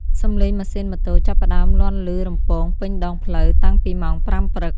សំឡេងម៉ាស៊ីនម៉ូតូចាប់ផ្ដើមលាន់ឮរំពងពេញដងផ្លូវតាំងពីម៉ោង ៥ ព្រឹក។